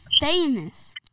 famous